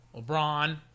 LeBron